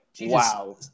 wow